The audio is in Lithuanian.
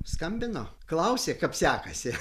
skambino klausė kaip sekasi